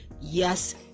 yes